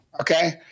Okay